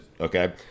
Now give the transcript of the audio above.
okay